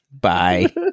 Bye